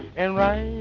and